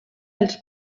els